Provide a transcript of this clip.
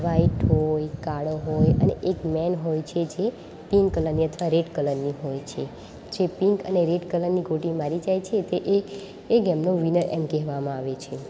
white હોય કાળો હોય અને એક મેન હોય છે જે પિન્ક કલરની અથવા રેડ કલરની હોય છે જે પિન્ક અને રેડ કલરની ગોટી મારી જાય છે તે એ એ ગેમનો વિનર એમ કહેવામાં આવે છે